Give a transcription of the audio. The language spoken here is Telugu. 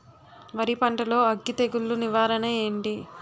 వరి పంటలో అగ్గి తెగులు నివారణ ఏంటి?